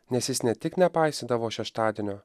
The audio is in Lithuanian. nes jis ne tik nepaisydavo šeštadienio